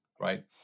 right